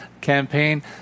campaign